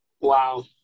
Wow